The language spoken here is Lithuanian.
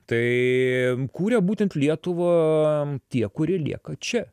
tai kūrė būtent lietuvą tie kurie lieka čia